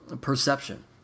perception